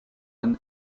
one